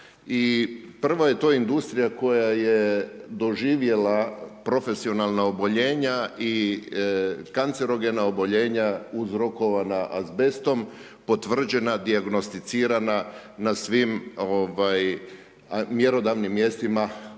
prva je to industrija koja je doživjela profesionalna oboljenja i kancerogena oboljenja uzrokovana azbestom potvrđena, dijagnosticirana na svim mjerodavnim mjestima, govorim